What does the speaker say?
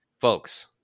Folks